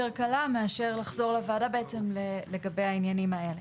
קלה מאשר לחזור לוועדה בעצם לגבי העניינים האלה.